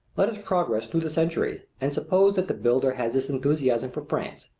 let us progress through the centuries and suppose that the builder has this enthusiasm for france,